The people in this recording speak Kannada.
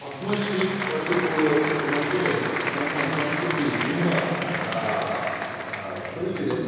ಪದ್ಮಶ್ರೀ ಪಡೆದುಕೊಳ್ಳುವಂತ ಮಟ್ಟಿಗೆ ನಮ್ಮ ಸಂಸ್ಕೃತಿ ತುಂಬ ಬೆಳೆದಿದೆ